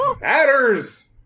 matters